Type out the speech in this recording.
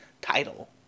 title